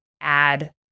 add